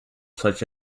such